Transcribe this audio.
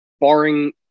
barring